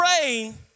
praying